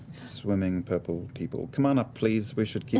swimming, purple, people come on up, please, we should keep